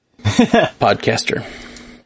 podcaster